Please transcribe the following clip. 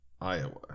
Iowa